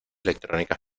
electrónica